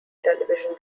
television